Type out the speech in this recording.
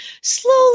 slowly